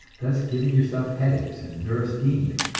thus giving yourself headaches and neurasthenia?